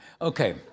Okay